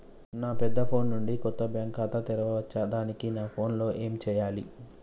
నా పెద్ద ఫోన్ నుండి కొత్త బ్యాంక్ ఖాతా తెరవచ్చా? దానికి నా ఫోన్ లో ఏం చేయాలి?